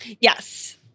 Yes